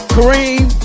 Kareem